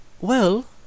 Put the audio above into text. Well